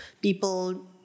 people